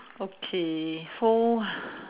okay so